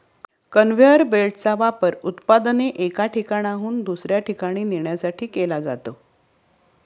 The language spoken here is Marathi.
कन्व्हेअर बेल्टचा वापर उत्पादने एका ठिकाणाहून दुसऱ्या ठिकाणी नेण्यासाठी केला जातो